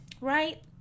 right